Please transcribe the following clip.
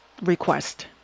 request